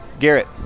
Garrett